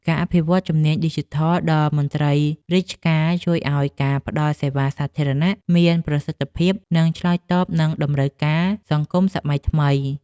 ការអភិវឌ្ឍជំនាញឌីជីថលដល់មន្ត្រីរាជការជួយឱ្យការផ្តល់សេវាសាធារណៈមានប្រសិទ្ធភាព និងឆ្លើយតបនឹងតម្រូវការសង្គមសម័យថ្មី។